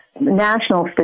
national